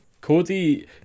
Cody